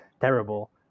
terrible